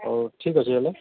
ହଉ ଠିକ୍ ଅଛି ହେଲେ